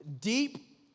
Deep